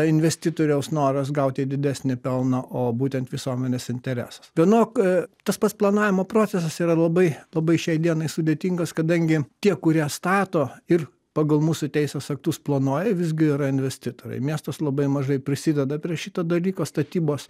investitoriaus noras gauti didesnį pelną o būtent visuomenės interesas vienok tas pats planavimo procesas yra labai labai šiai dienai sudėtingas kadangi tie kurie stato ir pagal mūsų teisės aktus planuoja visgi yra investitoriai miestas labai mažai prisideda prie šito dalyko statybos